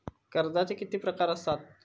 कर्जाचे किती प्रकार असात?